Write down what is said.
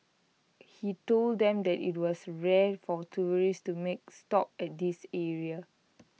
he told them that IT was rare for tourists to make stop at this area